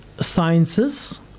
sciences